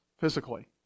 physically